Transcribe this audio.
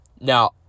Now